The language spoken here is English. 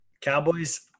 Cowboys